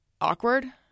awkward